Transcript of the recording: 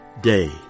day